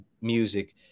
music